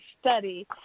study